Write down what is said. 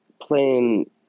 playing